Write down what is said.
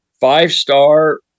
five-star